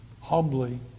humbly